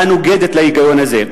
המנוגדת להיגיון הזה.